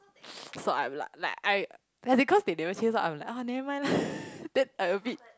so I'm like like I ya because they never chase so I'm like uh never mind lah then I a bit